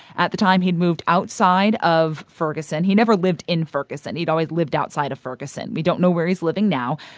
at the time, he'd moved outside of ferguson. he never lived in ferguson. he'd always lived outside of ferguson. we don't know where he's living now.